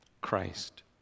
Christ